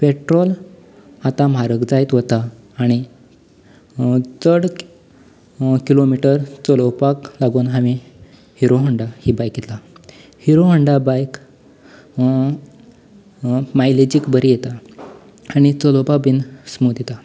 petrol आतां म्हारग जायत वता आनी चड किलोमिटर चलोवपाक लागून हावें हिरो होण्डा ही बायक घेतल्या हिरो होण्डा बायक मायलेजीक बरी येता आनी चलोवपाक बी स्मूथ येता